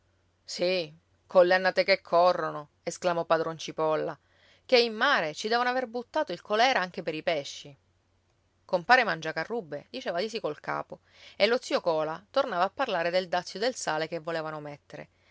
sì colle annate che corrono esclamò padron cipolla ché in mare ci devono aver buttato il colèra anche per i pesci compare mangiacarrubbe diceva di sì col capo e lo zio cola tornava a parlare del dazio del sale che volevano mettere